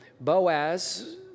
Boaz